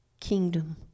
kingdom